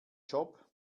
job